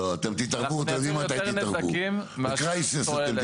גם אני הייתי גורם מקצוע, נהייתי חבר כנסת.